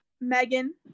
Megan